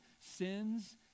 sins